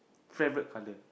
favourite colour